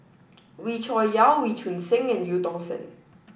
Wee Cho Yaw Wee Choon Seng and Eu Tong Sen